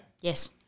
Yes